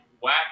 whack